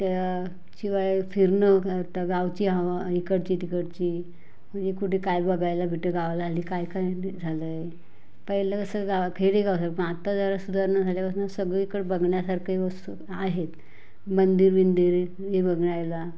त्याशिवाय फिरणं करता गावची हवा इकडची तिकडची म्हणजे कुठे काय बघायला भेटेल गावाला आली काय काय नीट झालं आहे पहिलं कसं गाव खेडेगांव असं पण आत्ता जरा सुधारणा झाल्यापासनं सगळीकडं बघण्यासारखं वस्तू आहेत मंदिर विंदीर हे बघण्याला